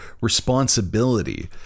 responsibility